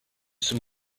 some